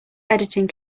editing